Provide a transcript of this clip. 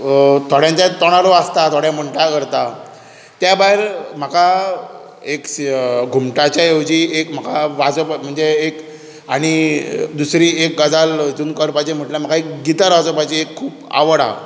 थोड्यांच्या तोंडारूच आसता थोडे म्हणटा करता त्या भायर म्हाका एक घुमटाचे येवजी एक म्हाका वाजोवपाक म्हणजे एक आनी दुसरी एक गजाल हातूंत करपाची म्हटल्यार म्हाका एक गिटार वाजोवपाची खूब आवड आसा